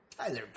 Tyler